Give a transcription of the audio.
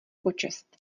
počest